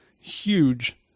huge